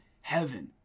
heaven